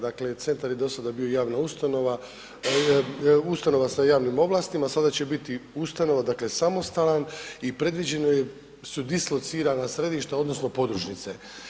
Dakle, centar je dosada bio javna ustanova, ustanova sa javnim ovlastima, sada će biti ustanova, dakle samostalan i predviđeno je su dislocirana središta odnosno podružnice.